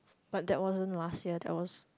but that wasn't last year that was